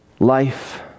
Life